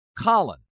Colin